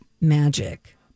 magic